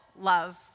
love